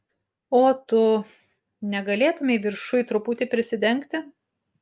o tu negalėtumei viršuj truputį prisidengti